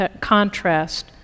contrast